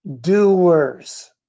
doers